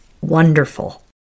wonderful